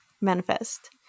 Manifest